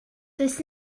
does